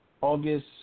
August